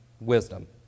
wisdom